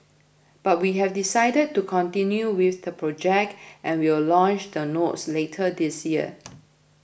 but we have decided to continue with the project and will launch the notes later this year